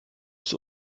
ist